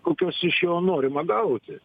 kokios iš jo norima gauti